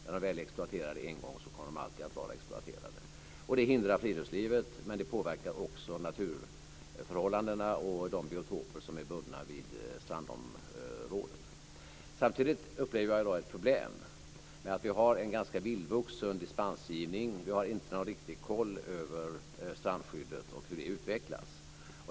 När de väl är exploaterade en gång kommer de alltid att vara exploaterade. Det hindrar friluftslivet, men det påverkar också naturförhållandena och de biotoper som är bundna till strandområden. Samtidigt upplever jag ett problem med att vi har en ganska vildvuxen dispensgivning och inte har någon riktig koll över strandskyddet och hur det utvecklas.